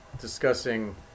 discussing